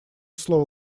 слово